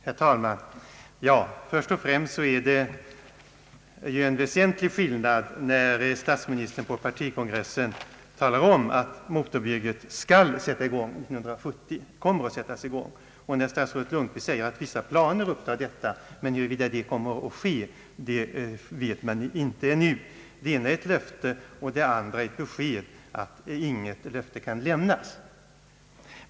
Herr talman! Först och främst är det ju en väsentlig skillnad mellan statsministerns uttalande på partikongressen, att motorvägsbygget kommer att sättas i gång 1970, och statsrådet Lundkvists uttalande, att vissa planer är upprättade för detta projekt men att man ännu inte vet huruvida det kommer att förverkligas.